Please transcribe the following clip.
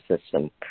system